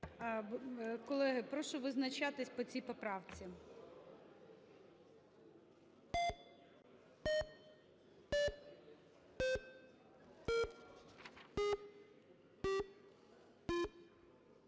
Колеги, прошу визначатися по цій поправці.